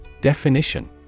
Definition